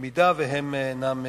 אם הן אינן נשמעות.